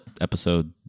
episode